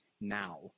now